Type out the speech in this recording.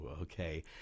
okay